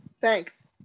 Thanks